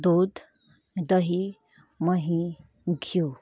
दुध दही मही घिउ